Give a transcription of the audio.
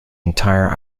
entire